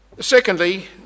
Secondly